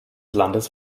landes